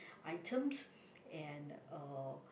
items and uh